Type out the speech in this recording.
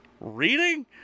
Reading